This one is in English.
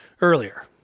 earlier